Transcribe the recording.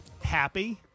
Happy